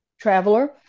traveler